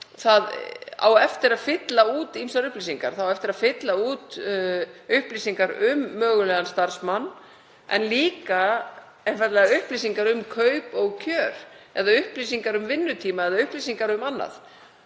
það á eftir að fylla út upplýsingar um mögulegan starfsmann en líka einfaldlega upplýsingar um kaup og kjör eða upplýsingar um vinnutíma eða upplýsingar um annað.